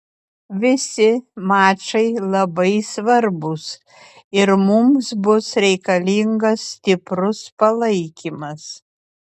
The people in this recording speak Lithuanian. visi mačai labai svarbūs ir mums bus reikalingas stiprus palaikymas